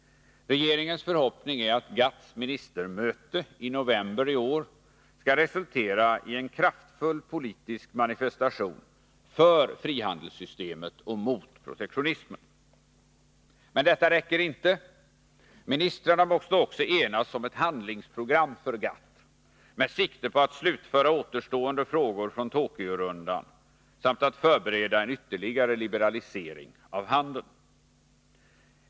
Regeringens förhoppning är att GATT:s ministermöte i november i år skall resultera i en kraftfull politisk manifestation för frihandelssystemet och mot protektionismen. Men detta räcker inte. Ministrarna måste också enas om ett handlingsprogram för GATT med sikte på att slutföra utestående frågor från Tokyorundan samt att förbereda en ytterligare liberalisering av handeln.